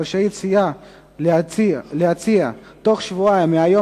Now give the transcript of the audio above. רשאית סיעה להציע בתוך שבועיים מיום